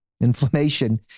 inflammation